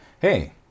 hey